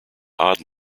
odd